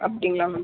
அப்படிங்களா மேம்